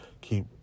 keep